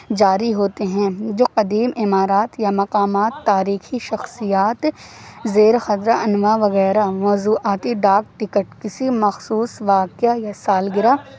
جاری ہوتے ہیں جو قدیم عمارات یا مقامات تاریخی شخصیات زیر خزر انواع وغیرہ موضوعاتی ڈاک ٹکٹ کسی مخصوص واقعہ یا سالگرہ